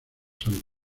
santos